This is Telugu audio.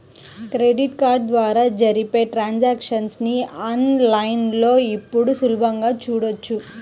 క్రెడిట్ కార్డు ద్వారా జరిపే ట్రాన్సాక్షన్స్ ని ఆన్ లైన్ లో ఇప్పుడు సులభంగా చూడొచ్చు